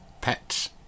pets